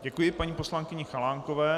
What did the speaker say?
Děkuji paní poslankyni Chalánkové.